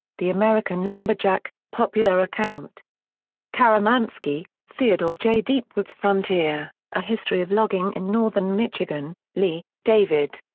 the american lumberjack, popular account karamanski, theodore j. deep woods frontier a history of logging in northern michigan lee, david.